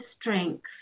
strength